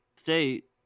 state